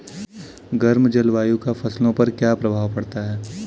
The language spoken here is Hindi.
गर्म जलवायु का फसलों पर क्या प्रभाव पड़ता है?